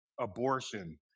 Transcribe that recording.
abortion